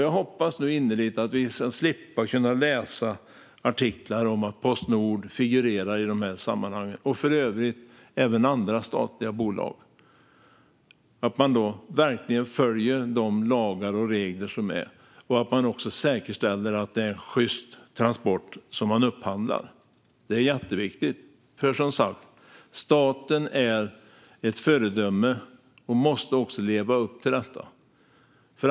Jag hoppas att vi ska slippa läsa artiklar om att Postnord och för övrigt även andra statliga bolag figurerar i dessa sammanhang. Jag hoppas att de följer lagar och regler och säkerställer att det är sjysta transporter de upphandlar. Det är jätteviktigt, för staten är som sagt ett föredöme och måste leva upp till detta.